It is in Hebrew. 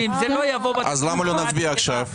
שאם זה לא --- אז למה לא נצביע עכשיו?